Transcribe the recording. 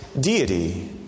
deity